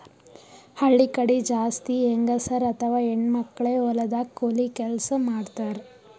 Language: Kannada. ಹಳ್ಳಿ ಕಡಿ ಜಾಸ್ತಿ ಹೆಂಗಸರ್ ಅಥವಾ ಹೆಣ್ಣ್ ಮಕ್ಕಳೇ ಹೊಲದಾಗ್ ಕೂಲಿ ಕೆಲ್ಸ್ ಮಾಡ್ತಾರ್